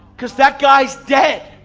cause that guy's dead.